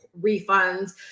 refunds